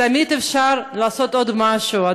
תמיד אפשר לעשות עוד משהו,